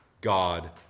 God